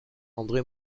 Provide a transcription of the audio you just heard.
andré